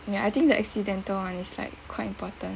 yeah I think the accidental one is like quite important